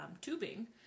tubing